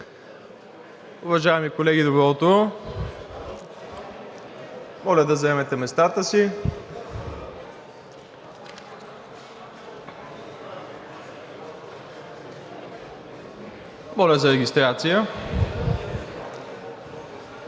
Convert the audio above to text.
Уважаеми колеги, добро утро! Моля да заемете местата си. Моля за регистрация. Колеги,